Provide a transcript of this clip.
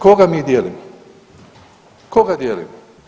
Koga mi dijelimo, koga dijelimo?